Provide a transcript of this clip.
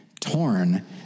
torn